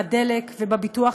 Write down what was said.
בדלק ובביטוח,